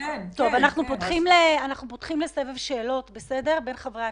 תכניות הסיוע הכספיות שהופעלו בשל משבר הקורונה.